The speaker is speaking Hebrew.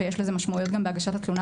ויש לזה משמעויות גם בהגשת התלונה